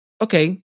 okay